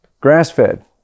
grass-fed